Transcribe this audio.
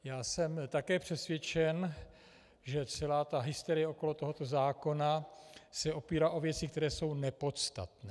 Já jsem také přesvědčen, že celá ta hysterie okolo tohoto zákona se opírá o věci, které jsou nepodstatné.